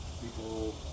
people